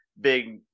big